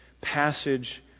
passage